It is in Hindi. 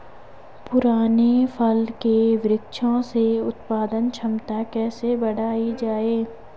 पुराने फल के वृक्षों से उत्पादन क्षमता कैसे बढ़ायी जाए?